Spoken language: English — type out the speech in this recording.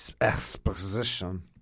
exposition